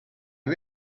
you